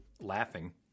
laughing